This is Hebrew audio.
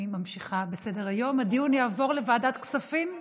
הדיון יעבור לוועדת כספים?